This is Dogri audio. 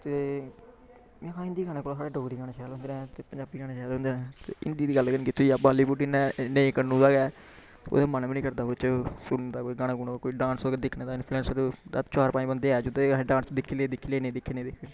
ते हिंदी गानें कोला साढ़ै डोगरी गानें शैल हुंदे न ते पंजाबी गाने शैल हुंदे न ते हिंदी दी गल्ल कीती जा बालीवुड इ'यां नेईं कन्नूं दा गै ऐ मन बी निं करदा बिच्च सुनदा कोई गाना गुना कोई डांस अगर दिक्खने दा इंफ्लूऐंस बस चार पंज बंदे ऐ जिंदे अस डांस दिक्खे ले दिक्खे ले नेईं दिक्खे नेईं दिक्खे